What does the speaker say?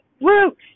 Woo